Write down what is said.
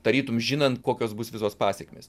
tarytum žinant kokios bus visos pasekmės